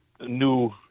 new